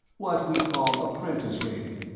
what we'd call apprentice rating,